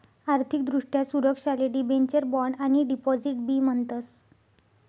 आर्थिक दृष्ट्या सुरक्षाले डिबेंचर, बॉण्ड आणि डिपॉझिट बी म्हणतस